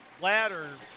ladder